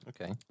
Okay